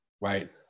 Right